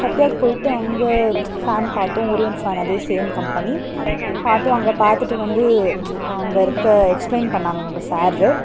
சத்யாக்கு போயிட்டு அங்கே ஃபேன் பார்த்தோம் ஓரியன்ட் ஃபேன் அதே சேம் கம்பெனி பார்த்தோம் அங்கே பார்த்துட்டு வந்து அங்கே இருக்க எக்ஸ்பிளைன் பண்ணாங்கள் அங்கே சாரு